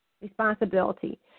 responsibility